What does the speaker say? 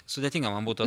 sudėtinga man būtų